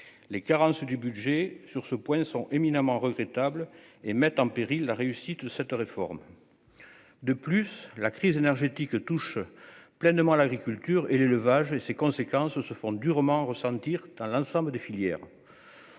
les carences du budget sur ce point sont éminemment regrettable et mettent en péril la réussite de cette réforme, de plus la crise énergétique touche pleinement l'agriculture et l'élevage et ses conséquences se font durement ressentir dans l'ensemble des filières